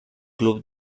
club